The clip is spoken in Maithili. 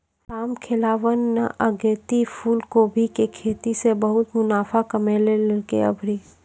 रामखेलावन न अगेती फूलकोबी के खेती सॅ बहुत मुनाफा कमैलकै आभरी